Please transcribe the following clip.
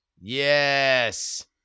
Yes